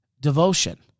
devotion